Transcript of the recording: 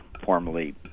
formerly